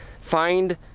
find